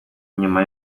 inyuma